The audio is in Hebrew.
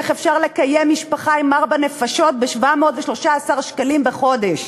איך אפשר לקיים משפחה של ארבע נפשות ב-713 שקלים בחודש.